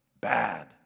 bad